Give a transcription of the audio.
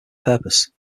purpose